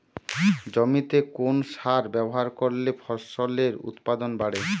জমিতে কোন সার ব্যবহার করলে ফসলের উৎপাদন বাড়ে?